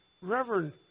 Reverend